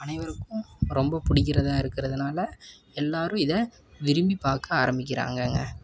அனைவருக்கும் ரொம்ப பிடிக்கிறதா இருக்கிறதுனால எல்லாேரும் இதை விரும்பி பார்க்க ஆரம்பிக்கிறாங்கங்க